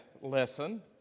lesson